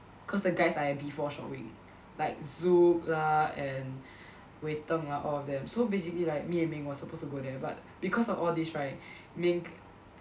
cause the guys are at B four short wing like Zuk lah and Wei Teng lah all of them so basically like me and Ming was supposed to go there but because of all these right Ming